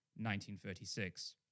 1936